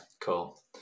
cool